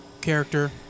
character